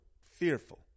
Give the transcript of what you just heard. fearful